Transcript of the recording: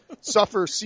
suffer